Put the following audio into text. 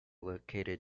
located